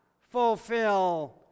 fulfill